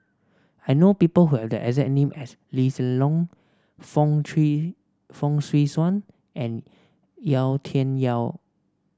I know people who have the exact name as Lee Hsien Loong Fong Swee Suan and Yau Tian Yau